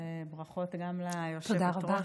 וברכות גם ליושבת-ראש.